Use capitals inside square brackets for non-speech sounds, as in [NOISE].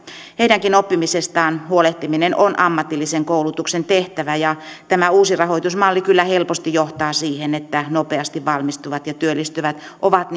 heidänkin oppimisestaan huolehtiminen on ammatillisen koulutuksen tehtävä ja tämä uusi rahoitusmalli kyllä helposti johtaa siihen että nopeasti valmistuvat ja työllistyvät ovat [UNINTELLIGIBLE]